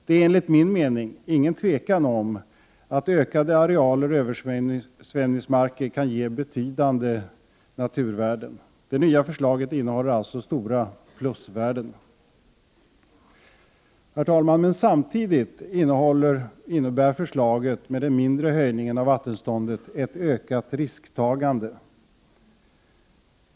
Det är enligt min mening inget tvivel om att ökade arealer översvämningsmarker kan ge betydande naturvärden. Det nya förslaget innehåller alltså stora plusvärden. Samtidigt innebär förslaget med den mindre höjningen av vattenståndet ett ökat risktagande.